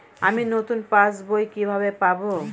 আমি নতুন পাস বই কিভাবে পাব?